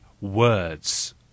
words